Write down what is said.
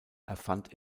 erfand